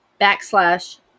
backslash